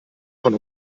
von